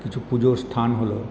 কিছু পুজোর স্থান হল